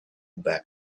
back